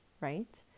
right